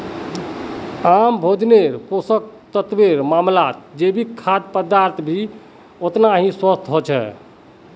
आम भोजन्नेर पोषक तत्वेर मामलाततजैविक खाद्य पदार्थ भी ओतना ही स्वस्थ ह छे